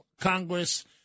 Congress